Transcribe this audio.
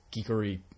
geekery